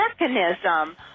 mechanism